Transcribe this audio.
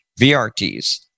VRTs